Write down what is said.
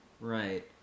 right